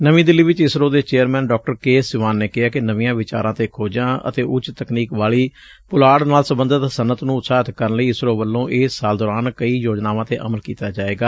ਨਵੀਂ ਦਿੱਲੀ ਵਿਚ ਇਸਰੋ ਦੇ ਚੇਅਰਮੈਨ ਡਾ ਕੇ ਸਿਵਾਨ ਨੇ ਕਿਹੈ ਕਿ ਨਵੀਆਂ ਵਿਚਾਰਾਂ ਤੇ ਖੋਜਾਂ ਅਤੇ ਉਚ ਤਕਨੀਕ ਵਾਲੀ ਪੁਲਾੜ ਨਾਲ ਸਬੰਧਤ ਸਨੱਅਤ ਨੂੰ ਉਤਸ਼ਾਹਿਤ ਕਰਨ ਲਈ ਇਸਰੋ ਵਲੋਂ ਇਸ ਸਾਲ ਦੋਰਾਨ ਕਈ ਯੋਜਨਾਵਾਂ ਤੇ ਅਮਲ ਕੀਤਾ ਜਾਏਗਾ